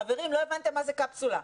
חברים, לא הבנתם מה זה קפסולה.